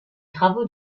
travaux